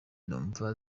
numva